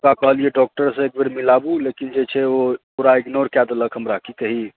ओकरा कहलियै डाक्टर से एकबेर मिलाबू लेकिन ओ जे छै ओ पुरा इग्नोर कए देलक हमरा की कही